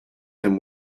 them